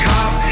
Cop